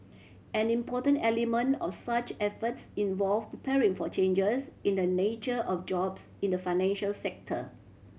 an important element of such efforts involve preparing for changes in the nature of jobs in the financial sector